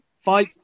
Five